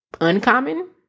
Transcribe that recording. uncommon